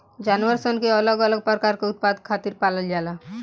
जानवर सन के अलग अलग प्रकार के उत्पाद खातिर पालल जाला